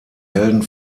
helden